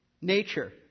nature